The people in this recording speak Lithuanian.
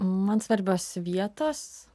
man svarbios vietos